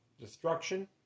destruction